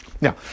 Now